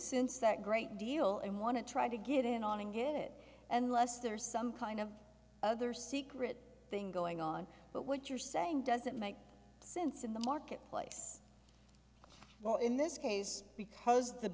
since that great deal and want to try to get in on and get it and less there's some kind of other secret thing going on but what you're saying doesn't make sense in the marketplace well in this case because the